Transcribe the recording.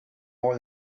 more